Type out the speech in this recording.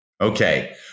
Okay